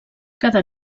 cada